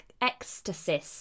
ecstasy